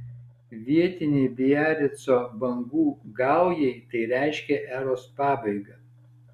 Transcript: vietinei biarico bangų gaujai tai reiškė eros pabaigą